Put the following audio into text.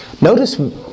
Notice